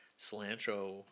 cilantro